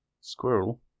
Squirrel